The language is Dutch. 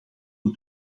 een